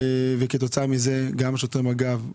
וכתוצאה מזה גם שוטרי מג"ב,